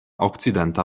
okcidenta